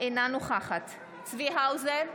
אינה נוכחת צבי האוזר,